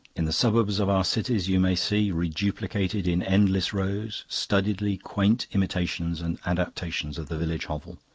in the suburbs of our cities you may see, reduplicated in endless rows, studiedly quaint imitations and adaptations of the village hovel.